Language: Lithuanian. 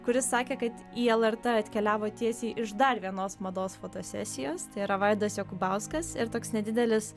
kuris sakė kad į lrt atkeliavo tiesiai iš dar vienos mados fotosesijos tai yra vaidas jokubauskas ir toks nedidelis